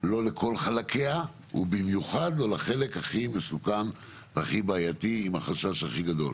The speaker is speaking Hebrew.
לא לכל חלקיה ובמיוחד לא לחלק הכי מסוכן והכי בעייתי עם החשש הכי גדול.